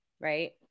right